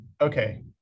okay